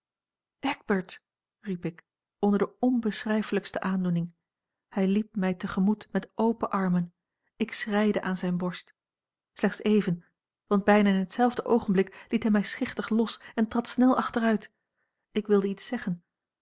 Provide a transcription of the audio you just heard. eckbert riep ik onder de onbeschrijfelijkste aandoening hij liep mij te gemoet met open armen ik schreide aan zijne borst slechts even want bijna in hetzelfde oogenblik liet hij mij schichtig los en trad snel achteruit ik wilde iets zeggen